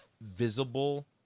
visible